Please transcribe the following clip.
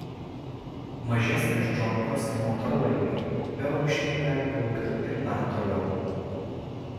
mažesnės džonkos ir motorlaiviai upe aukštyn gali plaukti ir dar toliau